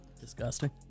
Disgusting